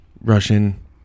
Russian